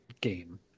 game